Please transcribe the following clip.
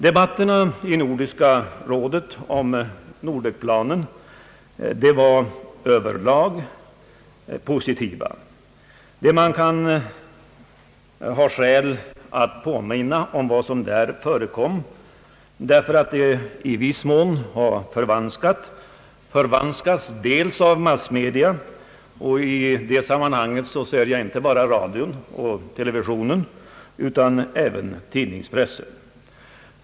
Debatterna i Nordiska rådet om Nordekplanen hade över lag en positiv grundton. Det kan vara skäl att påminna om vad som där förekom, därför att det i viss mån har förvanskats av massmedia, och jag åsyftar då inte bara radion och televisionen utan även tidningspressen.